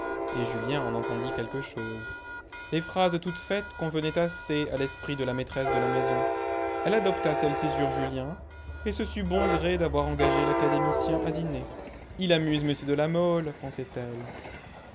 et julien en entendit quelque chose les phrases toutes faites convenaient assez à l'esprit de la maîtresse de la maison elle adopta celle-ci sur julien et se sut bon gré d'avoir engagé l'académicien à dîner il amuse m de la mole